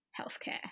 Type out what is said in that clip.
healthcare